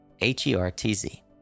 H-E-R-T-Z